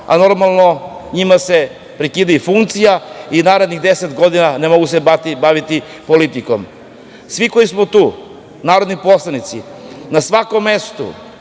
a normalno njima se prekida i funkcija i narednih 10 godina ne mogu se baviti politikom. Svi koji smo tu, narodni poslanici na svakom mestu